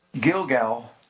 Gilgal